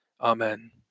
Amen